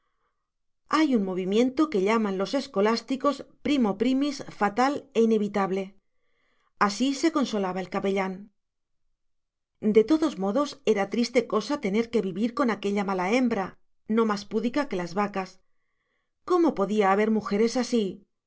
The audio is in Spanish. hay un movimiento que llaman los escolásticos primo primis fatal e inevitable así se consolaba el capellán de todos modos era triste cosa tener que vivir con aquella mala hembra no más púdica que las vacas cómo podía haber mujeres así